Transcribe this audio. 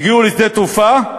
הגיעו לשדה התעופה,